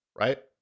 right